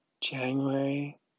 January